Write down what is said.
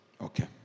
Okay